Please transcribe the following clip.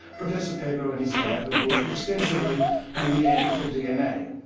professor paabo and his lab have worked extensively on neanderthal dna.